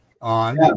on